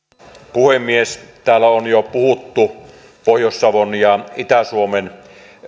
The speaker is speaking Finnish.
puhemies täällä on jo puhuttu pohjois savon ja itä suomen